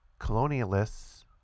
colonialists